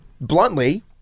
bluntly